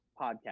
podcast